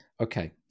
Okay